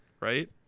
right